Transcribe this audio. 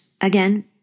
again